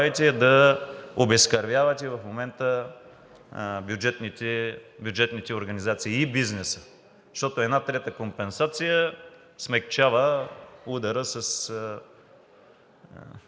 да обезкървявате в момента бюджетните организации и бизнеса. Защото една трета компенсация смекчава удара,